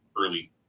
early